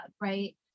right